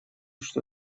что